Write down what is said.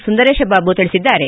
ಸುಂದರೇಶ ಬಾಬು ತಿಳಿಸಿದ್ದಾರೆ